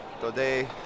Today